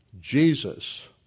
Jesus